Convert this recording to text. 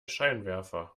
scheinwerfer